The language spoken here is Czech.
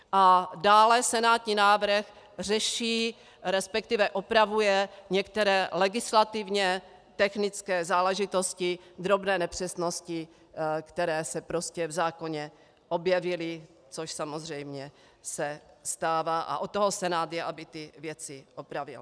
A dále senátní návrh řeší, resp. opravuje některé legislativně technické záležitosti, drobné nepřesnosti, které se prostě v zákoně objevily, což samozřejmě se stává, a od toho Senát je, aby ty věci opravil.